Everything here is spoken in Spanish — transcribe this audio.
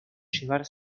llevar